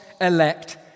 elect